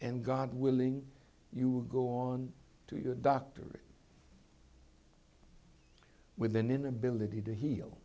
and god willing you will go on to your doctor with an inability to heal